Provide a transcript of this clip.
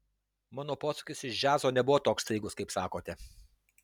mano posūkis iš džiazo nebuvo toks staigus kaip sakote